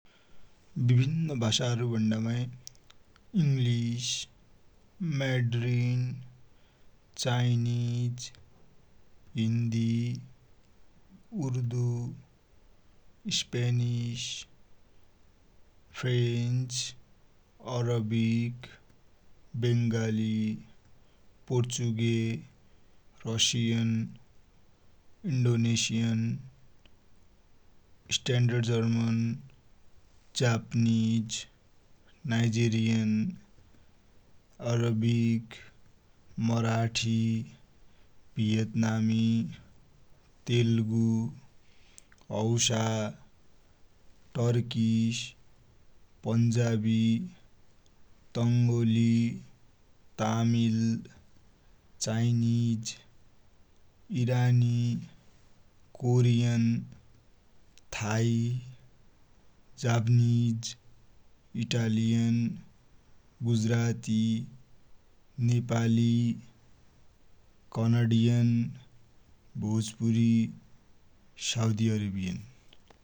विभिन्न भाषाहरु भुण्णामाइ, इन्ग्लिश, मैड्रिन, राइनिज, Hindi, Urdu, Spanish, French, Arabic, Bengali, Portuguese, Russian, Indonesian, standard German, Japanese, Nigerian, Arabic, Marathi, भियतनामी, तेलगु, औषा, तर्किश, पन्जाबी, तम्बोली, तामिल, चाइनिज, इरानी, Korean, Thai, Japanese, Italian, Gujarati, Nepali, Canadian, Bhojpuri, Saudi Arabian.